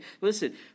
Listen